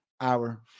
Hour